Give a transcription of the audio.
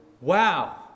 wow